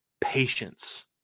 patience